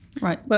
Right